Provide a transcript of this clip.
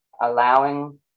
allowing